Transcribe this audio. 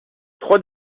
trois